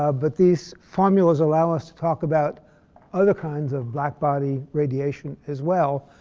ah but these formulas allow us to talk about other kinds of black-body radiation as well,